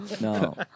no